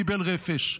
קיבל רפש.